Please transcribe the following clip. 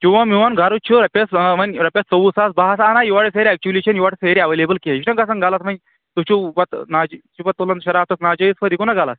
چون میون غرٕض چھُ رۄپیَس وۄنۍ رۄپیَس ژۄوُہ ساس بہٕ ہسا اَنا یورے سٲرِی ایکچُؤلی چھَنہٕ یور سٲری ایویلیبٕل کیٚنٛہہ یہِ چھُنا گژھان غلط وۅنۍ تُہۍ چھُو پَتہٕ ناج چھُ پَتہٕ تُلن شرافُکس ناجٲیِز فٲیِدٕ یِہ گُو نا غلط